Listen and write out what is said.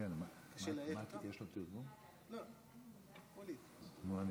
מכובדיי חברי הכנסת, כולנו חיים כאן באותם תנאים